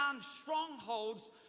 strongholds